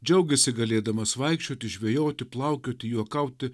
džiaugėsi galėdamas vaikščioti žvejoti plaukioti juokauti